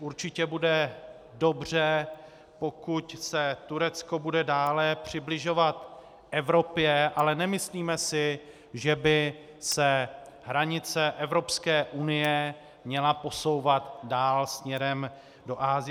Určitě bude dobře, pokud se Turecko bude dále přibližovat Evropě, ale nemyslíme si, že by se hranice Evropské unie měla posouvat dál směrem do Asie.